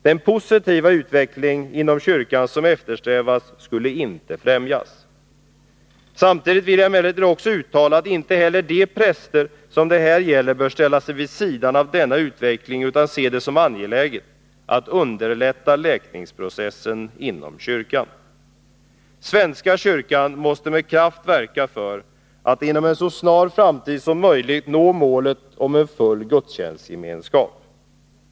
Den positiva utveckling inom kyrkan som eftersträvas skulle inte främjas. Samtidigt vill jag emellertid också uttala att inte heller de präster som det här gäller bör ställa sig vid sidan av denna utveckling utan se det som angeläget att underlätta läkningsprocessen inom kyrkan. Svenska kyrkan måste med kraft verka för att inom en så snar framtid som möjligt nå målet om en full gudstjänstgemenskap.